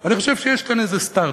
אני חושב שיש כאן איזה סטרט-אפ,